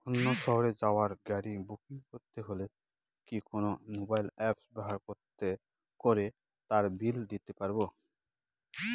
অন্য শহরে যাওয়ার গাড়ী বুকিং করতে হলে কি কোনো মোবাইল অ্যাপ ব্যবহার করে তার বিল দিতে পারব?